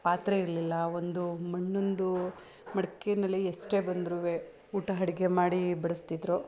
ಪಾತ್ರೆ ಇರಲಿಲ್ಲ ಒಂದು ಮಣ್ಣಿಂದು ಮಡಿಕೆನಲ್ಲೇ ಎಷ್ಟೇ ಬಂದರೂ ಊಟ ಅಡ್ಗೆ ಮಾಡಿ ಬಡಿಸ್ತಿದ್ರು